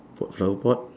f~ flower pot